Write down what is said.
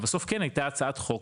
אבל בסוף כן הייתה הצעת חוק